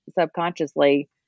subconsciously